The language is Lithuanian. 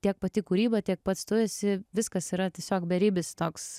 tiek pati kūryba tiek pats tu esi viskas yra tiesiog beribis toks